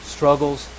struggles